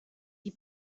die